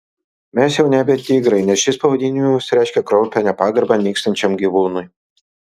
mes jau nebe tigrai nes šis pavadinimas reiškia kraupią nepagarbą nykstančiam gyvūnui